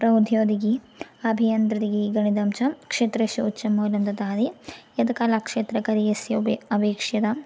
प्रौध्योगिक अभियान्त्रिकगणितं च क्षेत्रेषु उच्छमूलं ददाति यत् कलाक्षेत्रकार्यस्य उबे अपेक्षितं